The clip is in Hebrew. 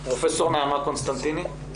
פרופ' נעמה קונסטנטיני.